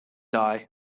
die